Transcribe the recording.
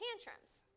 tantrums